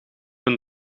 hun